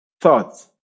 thoughts